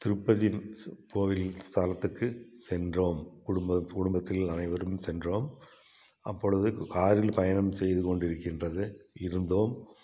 திருப்பதி கோவில் ஸ்தலத்துக்குச் சென்றோம் குடும்பம் குடும்பத்தில் அனைவரும் சென்றோம் அப்பொழுது காரில் பயணம் செய்துக்கொண்டிருக்கின்றது இருந்தோம்